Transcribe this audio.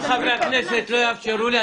אם חברי הכנסת לא יאפשרו לי,